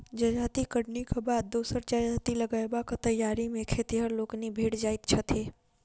जजाति कटनीक बाद दोसर जजाति लगयबाक तैयारी मे खेतिहर लोकनि भिड़ जाइत छथि